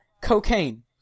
Cocaine